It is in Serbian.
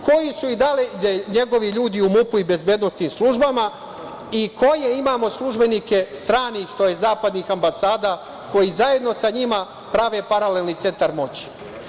Koji su i dalje njegovi ljudi u MUP-u i bezbednosnim službama i koje imamo službenike stranih, tj. zapadnih ambasada koji zajedno sa njima prave paralelni centar moći?